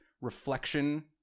reflection